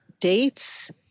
dates